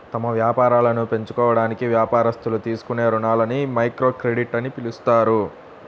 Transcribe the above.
తమ వ్యాపారాలను పెంచుకోవడానికి వ్యాపారస్తులు తీసుకునే రుణాలని మైక్రోక్రెడిట్ అని పిలుస్తారు